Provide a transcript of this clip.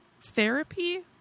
therapy